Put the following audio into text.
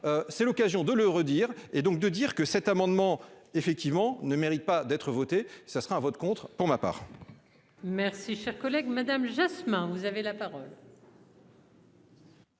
c'est l'occasion de le redire et donc de dire que cet amendement effectivement ne mérite pas d'être voté ça sera un vote contre. Pour ma part. Merci cher collègue Madame Jasmin, vous avez la parole.